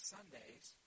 Sundays